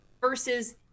versus